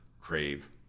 crave